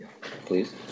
Please